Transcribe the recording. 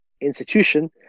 Institution